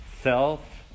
self